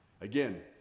Again